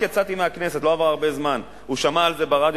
רק יצאתי מהכנסת, הוא שמע על זה ברדיו.